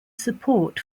support